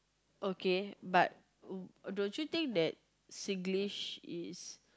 okay but don't you think that Singlish is